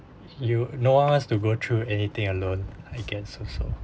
you no one wants to go through anything alone I get also